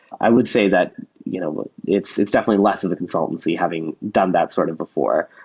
i would say that you know it's it's definitely less of the consultancy having done that sort of before.